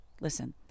listen